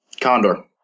Condor